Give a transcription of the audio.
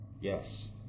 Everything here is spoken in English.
Yes